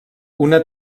una